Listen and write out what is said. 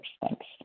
thanks